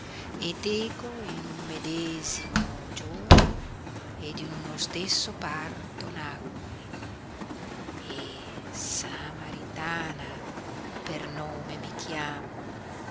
e teco in un medesimo giorno ed in uno stesso parto nacqui e samaritana per nome mi chiamo